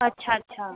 अच्छा अच्छा